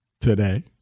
today